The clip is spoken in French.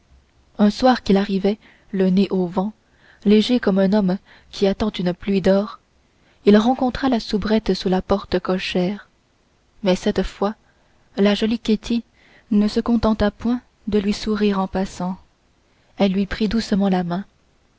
un soir qu'il arrivait le nez au vent léger comme un homme qui attend une pluie d'or il rencontra la soubrette sous la porte cochère mais cette fois la jolie ketty ne se contenta point de lui sourire en passant elle lui prit doucement la main